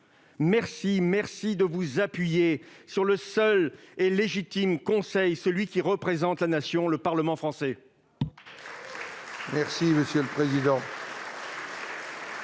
remercie de vous appuyer sur le seul légitime conseil, celui qui représente la Nation : le Parlement Français